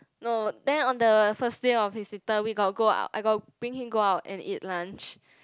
no then on the first day of his intern we got go I got bring him go out and eat lunch